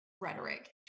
rhetoric